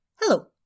Hello